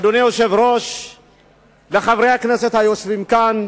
אדוני היושב-ראש וחברי הכנסת היושבים כאן,